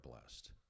blessed